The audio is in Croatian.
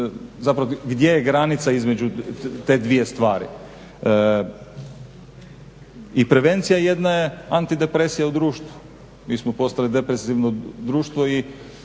zapravo gdje je granica između te dvije stvari. I prevencija jedna je antidepresija u društvu. Mi smo postali depresivno društvo i